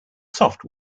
soft